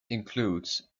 includes